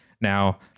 Now